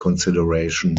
consideration